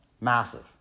Massive